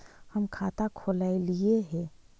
हम खाता खोलैलिये हे?